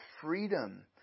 freedom